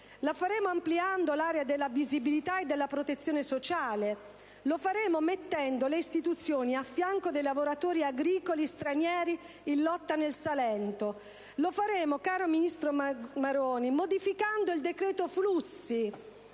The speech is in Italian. lo faremo ampliando l'area della visibilità e della protezione sociale, mettendo le istituzioni al fianco dei lavoratori agricoli stranieri in lotta nel Salento; lo faremo, caro ministro Maroni, modificando il decreto flussi,